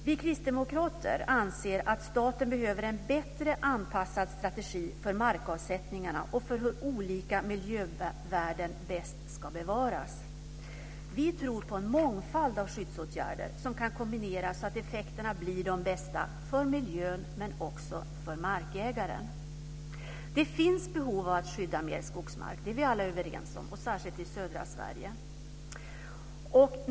Vi kristdemokrater anser att staten behöver en bättre anpassad strategi för markavsättningarna och för hur olika miljövärden bäst ska bevaras. Vi tror på en mångfald av skyddsåtgärder som kan kombineras så att effekterna blir de bästa för miljön men också för markägaren. Det finns behov av att skydda mer skogsmark - det är vi alla överens om - särskilt i södra Sverige.